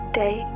day